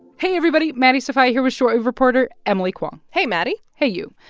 hey, everybody. maddie sofia here with short wave reporter emily kwong hey, maddie hey, you.